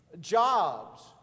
jobs